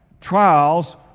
trials